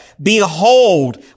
Behold